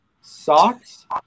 Socks